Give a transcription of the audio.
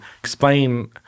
explain